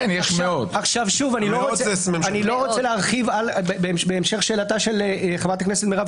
אני לא רוצה להרחיב בהמשך שאלתה של חברת הכנסת מירב